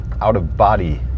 out-of-body